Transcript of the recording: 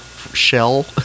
Shell